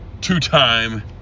two-time